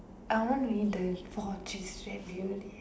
I want to eat the four cheese ravioli